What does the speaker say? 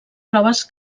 proves